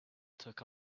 took